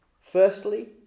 Firstly